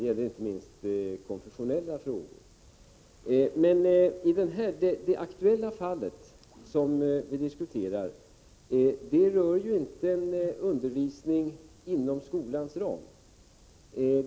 Detta gäller inte minst konfessionella frågor. Men det aktuella fallet rör ju inte en undervisning inom skolans ram.